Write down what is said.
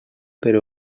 per